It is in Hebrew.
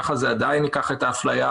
ככה זה עדיין ייקח את האפליה,